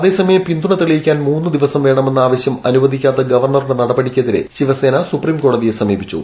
അതേസമയം പിന്തുണ തെളിയിക്കാൻ മൂസ്സ് ദ്വിവസം വേണമെന്ന ആവശ്യം അനുവദിക്കാത്ത ഗവർണറുടെ നടപട്ടിക്കെതിരെ ശിവസേന സുപ്രീംകോടതിയെ സമീപിച്ചു